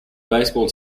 baseball